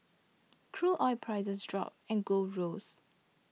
crude oil prices dropped and gold rose